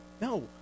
no